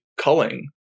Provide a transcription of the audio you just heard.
culling